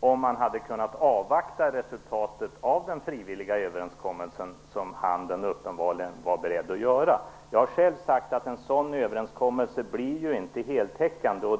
om man hade kunnat avvakta resultatet av den frivilliga överenskommelsen som handeln uppenbarligen var beredd att göra. Jag har själv sagt att en sådan överenskommelse inte blir heltäckande.